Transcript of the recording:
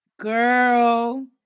Girl